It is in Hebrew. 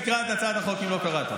תקרא את הצעת החוק, אם לא קראת.